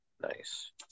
Nice